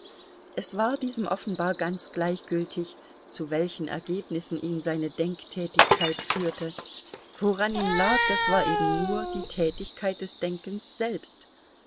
es war diesem offenbar ganz gleichgültig zu welchen ergebnissen ihn seine denktätigkeit führte woran ihm lag das war eben nur die tätigkeit des denkens selbst